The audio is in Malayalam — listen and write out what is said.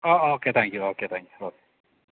oh oh okay thank you okay oh